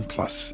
Plus